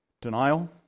denial